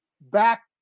back